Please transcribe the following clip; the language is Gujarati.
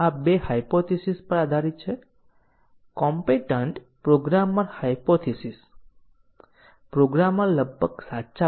હવે ચાલો આપણે સફેદ બોક્સ કવરેજ આધારિત ટેસ્ટીંગ ટેકનીકના કેટલાક મહત્વના પાસાઓને યાદ કરીએ કે જેની આપણે ચર્ચા કરી હતી